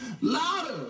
Louder